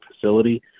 facility